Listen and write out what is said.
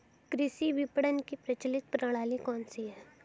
कृषि विपणन की प्रचलित प्रणाली कौन सी है?